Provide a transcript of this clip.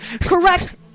correct